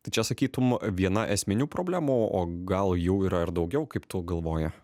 tai čia sakytum viena esminių problemų o gal jau yra ir daugiau kaip tu galvoja